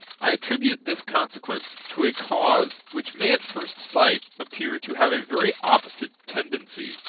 i attribute this consequence to a cause which may at first sight appear to have a very opposite tendency,